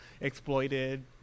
exploited